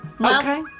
Okay